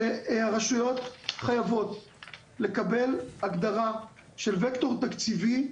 שהרשויות חייבות לקבל הגדרה של וקטור תקציבי,